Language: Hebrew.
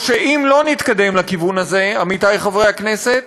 או, אם לא נתקדם לכיוון הזה, עמיתי חברי הכנסת,